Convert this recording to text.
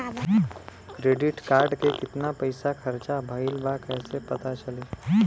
Credit card के कितना पइसा खर्चा भईल बा कैसे पता चली?